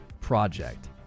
project